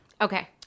Okay